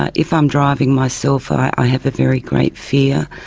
ah if i'm driving myself i have a very great fear,